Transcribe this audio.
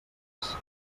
res